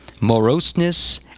moroseness